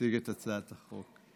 תציג את הצעת החוק.